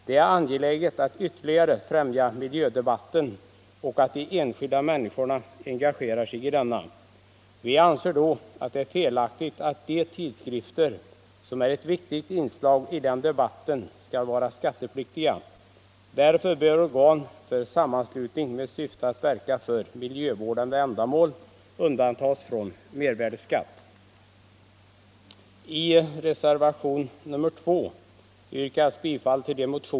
Det är angeläget att miljödebatten främjas ytterligare och att de enskilda människorna engagerar sig i denna. Vi anser att det är felaktigt att de tidskrifter som är ett viktigt inslag i den debatten skall vara skattepliktiga. Därför bör organ för sammanslutning med syfte att verka för miljövårdande ändamål undantas från mervärdeskatt.